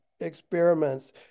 experiments